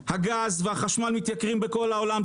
הגז והחשמל מתייקרים בכל העולם,